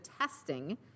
testing